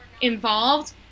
involved